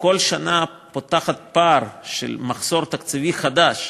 כל שנה פותחת פער של מחסור תקציבי חדש,